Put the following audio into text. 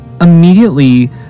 immediately